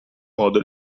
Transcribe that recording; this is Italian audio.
modo